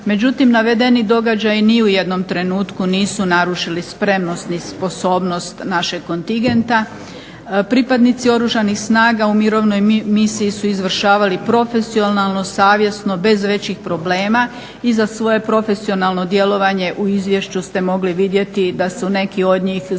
Međutim, navedeni događaji ni u jednom trenutku nisu narušili spremnost ni sposobnost našeg kontingenta. Pripadnici Oružanih snaga u mirovnoj misiji su izvršavali profesionalno, savjesno, bez većih problema i za svoje profesionalno djelovanje u izvješću ste mogli vidjeti da su neki od njih znači